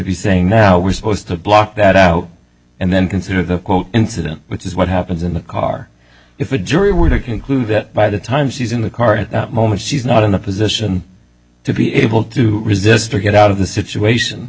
be saying now we're supposed to block that out and then consider the quote incident which is what happens in the car if a jury were to conclude that by the time she's in the car at that moment she's not in a position to be able to resist or get out of the situation